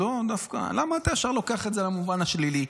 לא, למה אתה ישר לוקח את זה למובן השלילי?